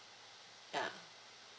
ah